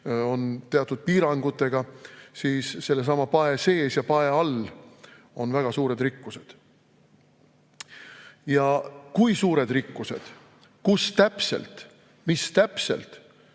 siin teatud piirangud, siis sellesama pae sees ja pae all on väga suured rikkused. Kui suured rikkused, kus täpselt, mis täpselt,